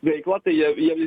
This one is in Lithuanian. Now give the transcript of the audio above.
veiklą tai jie jie